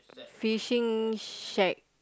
fishing shack